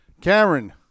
Cameron